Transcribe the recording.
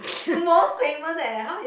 most famous eh how is